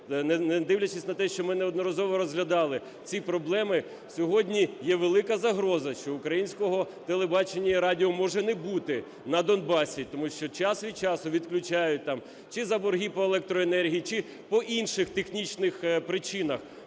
не дивлячись на те, що ми неодноразово розглядали ці проблеми, сьогодні є велика загроза, що Українського телебачення і радіо може не бути на Донбасі. Тому що час від часу відключають там чи за борги по електроенергії, чи по інших технічних причинах,